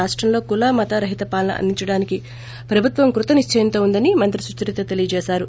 రాష్టంలో కుల మత రహిత పాలన అందించడానికి ప్రభుత్వం కృత నిశ్చయంతో ఉందని మంత్రి సుచరిత తెలిపారు